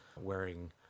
wearing